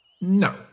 No